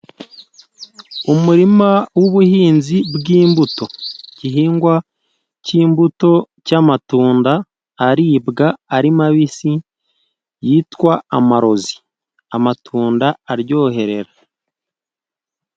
Umurima w'ubuhinzi bw'imbuto, igihingwa cy'imbuto cy'amatunda aribwa ari mabisi yitwa amarozi amatunda aryoherera.